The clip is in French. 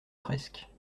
presque